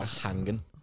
hanging